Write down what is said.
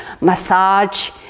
massage